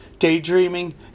Daydreaming